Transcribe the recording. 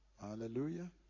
Hallelujah